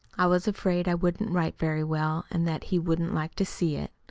i was afraid i wouldn't write very well and that he wouldn't like to see it.